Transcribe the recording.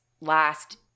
last